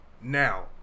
Now